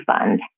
fund